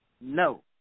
No